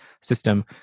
system